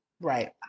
Right